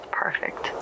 perfect